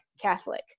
Catholic